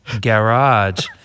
garage